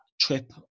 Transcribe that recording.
trip